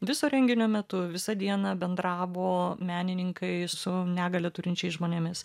viso renginio metu visą dieną bendravo menininkai su negalią turinčiais žmonėmis